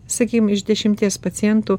sakykim iš dešimties pacientų